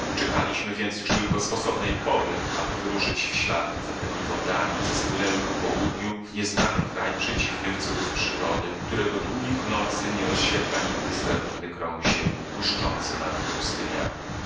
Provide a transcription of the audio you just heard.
czekaliśmy więc już tylko sposobnej pory aby wyruszyć w ślad za temi wodami co spłynęły ku południu w nieznany kraj przedziwnych cudów przyrody którego długich nocy nie rozświetla nigdy srebrny krąg ziemi błyszczący nad pustyniami